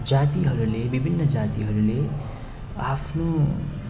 जातिहरूले विभिन्न जातिहरूले आफ्नो